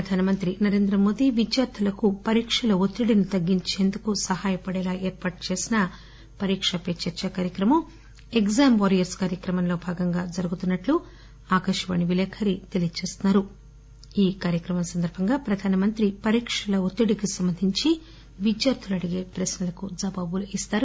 ప్రధానమంత్రి నరేంద్రమోదీ విద్యార్థులకు పరీక్షల ఒత్తిడిని తగ్గించేందుకు ఏర్పాటుచేసిన పరీకా పే చర్చా కార్యక్రమం ఎగ్టామ్ వారియర్స్ కార్యక్రమంలో భాగంగా జరుగుతున్నట్లు ఆకాశవాణి విలేకరి తెలియజేస్తున్నారు ఈ కార్యక్రమం సందర్భంగా ప్రధానమంత్రి పరీక్షల ఒత్తిడి కి సంబంధించి విద్యార్థులు అడిగే ప్రక్నలకు జవాబులు ఇస్తారు